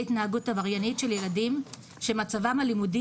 התנהגות עבריינית של ילדים שמצבם הלימודי,